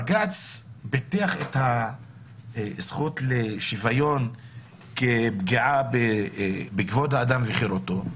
ובג"ץ פיתח את הזכות לשוויון כפגיעה בכבוד האדם וחרותו.